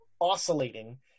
oscillating